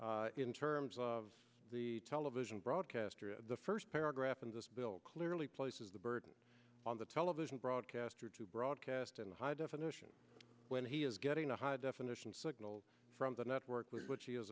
in terms of the television broadcaster the first paragraph in this bill clearly places the burden on the television broadcaster to broadcast in high definition when he is getting a high definition signal from the network with which he is